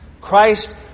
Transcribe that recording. Christ